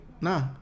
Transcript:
Nah